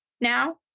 Now